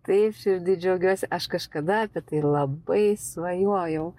taip širdy džiaugiuosi aš kažkada apie tai labai svajojau